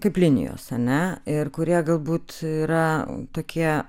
kaip linijos ar ne ir kurie galbūt yra tokie